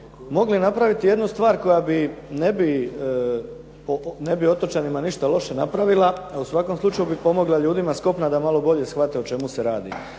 mogli napraviti jednu stvar koja ne bi otočanima ništa loše napravila, a u svakom slučaju bi pomogla ljudima s kopna da malo bolje shvate o čemu se radi.